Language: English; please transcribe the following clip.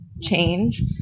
change